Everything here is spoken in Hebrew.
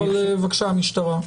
בבקשה, המשטרה.